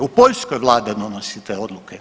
U Poljskoj vlada donosi te odluke.